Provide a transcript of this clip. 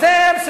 אז זה בסדר.